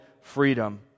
freedom